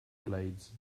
blades